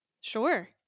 Sure